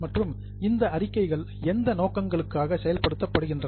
மற்றும் இந்த அறிக்கைகள் எந்த நோக்கங்களுக்காக செயல்படுகின்றன